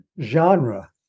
genre